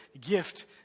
gift